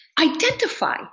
identify